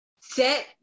set